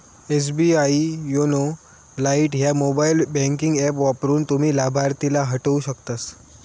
SBI YONO lite ह्या mobile banking app वापरून, तुम्ही लाभार्थीला हटवू शकतास